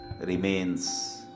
remains